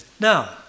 Now